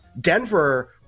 denver